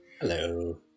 Hello